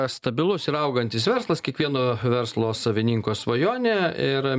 stabilus ir augantis verslas kiekvieno verslo savininko svajonė ir